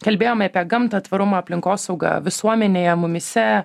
kalbėjome apie gamtą tvarumą aplinkosaugą visuomenėje mumyse